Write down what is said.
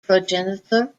progenitor